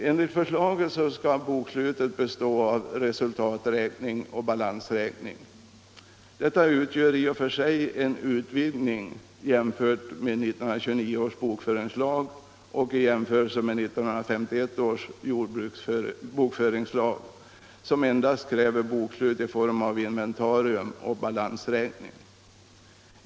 Enligt förslaget skall bokslutet bestå av resultaträkning och balansräkning. Detta utgör i och för sig en utvidgning jämfört med 1929 års bokföringslag och 1951 års jordbruksbokföringslag, som endast kräver bokslut i form av inventarium och balansräkning.